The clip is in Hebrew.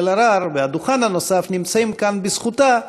אלהרר והדוכן הנוסף נמצאים כאן בזכותה.